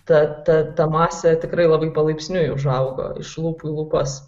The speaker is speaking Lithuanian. ta ta ta masė tikrai labai palaipsniui užaugo iš lūpų į lūpas